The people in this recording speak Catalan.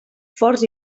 forts